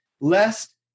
lest